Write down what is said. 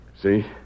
See